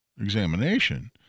examination